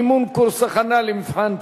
מימון קורס הכנה למבחן פסיכומטרי),